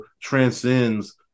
transcends